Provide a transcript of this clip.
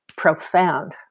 Profound